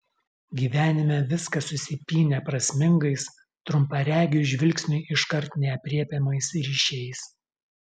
gyvenime viskas susipynę prasmingais trumparegiui žvilgsniui iškart neaprėpiamais ryšiais